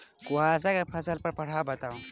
कुहासा केँ फसल पर प्रभाव बताउ?